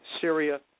Syria